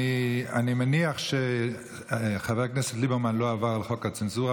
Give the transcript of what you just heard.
אני מניח שחבר הכנסת ליברמן לא עבר על חוק הצנזורה,